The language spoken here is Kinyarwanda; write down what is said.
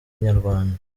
inyarwanda